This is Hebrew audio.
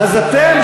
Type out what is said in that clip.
אז אתם,